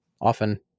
often